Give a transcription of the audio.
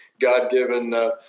God-given